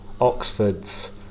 Oxford's